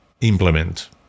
implement